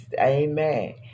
Amen